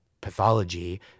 pathology